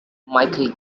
michael